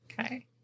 Okay